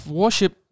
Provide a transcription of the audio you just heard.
worship